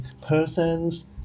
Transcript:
persons